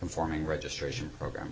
informing registration program